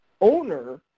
owner